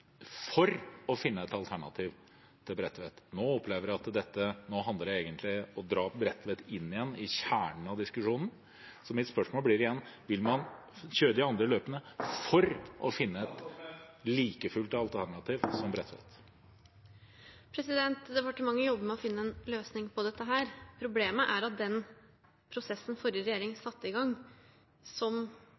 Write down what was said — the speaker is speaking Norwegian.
for å finne et alternativ til Bredtvet. Jeg opplever at det nå egentlig handler om å dra Bredtvet inn igjen i kjernen av diskusjonen. Mitt spørsmål blir, igjen: Vil man kjøre de andre løpene for å finne et alternativ til Bredtvet? Departementet jobber med å finne en løsning på dette. Problemet er at den prosessen forrige regjering satte i gang for å finne et alternativ et Bredtvet, kom tilbake med en rapport som